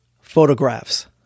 photographs